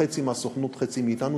חצי מהסוכנות, חצי מאתנו.